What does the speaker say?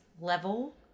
level